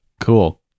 Cool